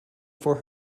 for